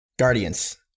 Guardians